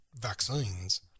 vaccines